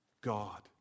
God